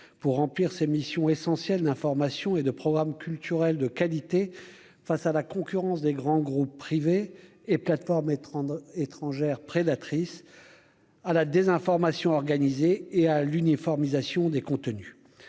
pour remplir ses missions essentielles, d'information et de programmes culturels de qualité face à la concurrence des grands groupes privés et plateformes étrangères prédatrice à la désinformation organisée et à l'uniformisation des contenus,